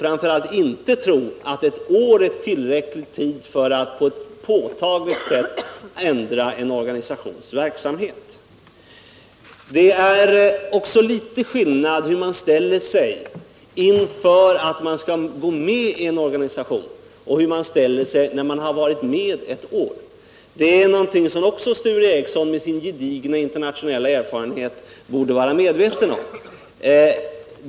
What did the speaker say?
Framför allt får man inte tro att ett år är tillräcklig tid för att på ett påtagligt sätt ändra en organisations verksamhet. Det är litet skillnad mellan hur man ställer sig inför att gå med i en organisation och hur man handlar när man har varit med ett år. Också det är någonting som Sture Ericson med sin gedigna internationella erfarenhet borde vara medveten om.